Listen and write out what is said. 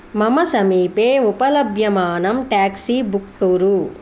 मम समीपे उपलभ्यमानं टेक्सी बुक् कुरु